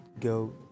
go